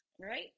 right